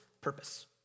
purpose